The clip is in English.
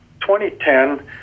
2010